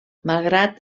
malgrat